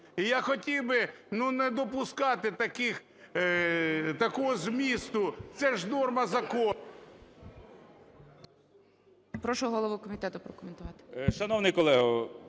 І я хотів би ну не допускати таких… такого змісту. Це ж норма закону.